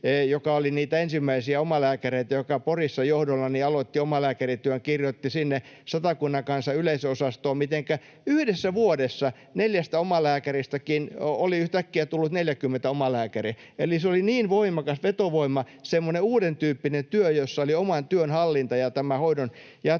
joka oli niitä ensimmäisiä omalääkäreitä, joka Porissa johdollani aloitti omalääkärityön, kirjoitti sinne Satakunnan Kansan yleisönosastoon, mitenkä yhdessä vuodessa neljästä omalääkäristä oli yhtäkkiä tullut 40 omalääkäriä. Eli se oli niin voimakas vetovoima, semmoinen uudentyyppinen työ, jossa oli oman työn hallinta ja tämä hoidon jatkuvuus.